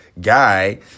guy